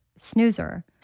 snoozer